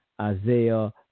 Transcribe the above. Isaiah